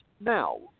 Now